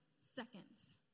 seconds